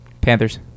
Panthers